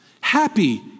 happy